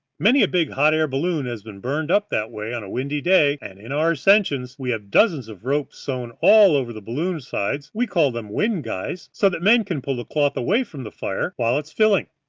many a big hot-air balloon has been burned up that way on a windy day, and in our ascensions we have dozens of ropes sewn all over the balloon sides we call them wind guys, so that men can pull the cloth away from the fire while it's filling.